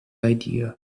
idea